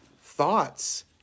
thoughts